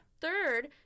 Third